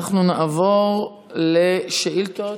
אנחנו נעבור לשאילתות.